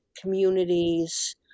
communities